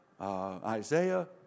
Isaiah